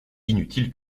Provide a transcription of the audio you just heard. inutile